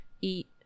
eat